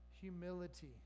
humility